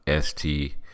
ST